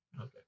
Okay